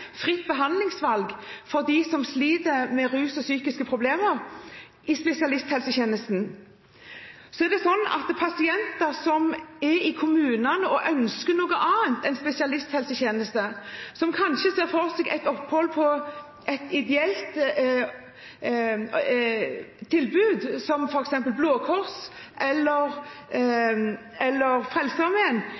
fritt behandlingsvalg for dem som sliter med rus og psykiske problemer i spesialisthelsetjenesten. Så er det sånn at pasienter som er i kommunene og som ønsker noe annet enn spesialisthelsetjeneste, som kanskje ser for seg et opphold på et ideelt tilbud som f.eks. Blå Kors eller